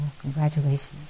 congratulations